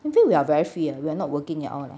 I think we are very free and we are not working at all eh